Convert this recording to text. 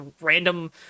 random